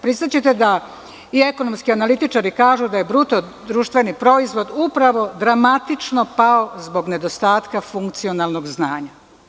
Priznaćete da je ekonomski analitičari kažu da je bruto društveni proizvod upravo dramatično pao zbog nedostatka funkcionalnog znanja.